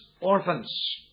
orphans